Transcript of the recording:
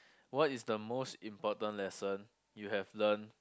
what is the most important lesson you have learnt